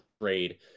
trade